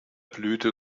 blüte